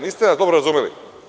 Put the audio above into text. Niste nas dobro razumeli.